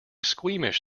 squeamish